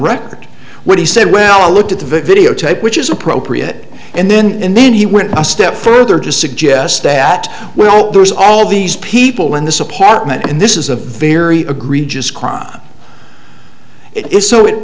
record when he said well i looked at the videotape which is appropriate and then and then he went a step further to suggest that well there's all of these people in this apartment and this is a very agreed just crime is so it